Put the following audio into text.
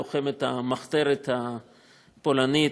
לוחמת המחתרת הפולנית,